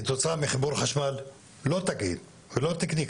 כתוצאה מחיבור חשמל לא תקין, ולא תקני.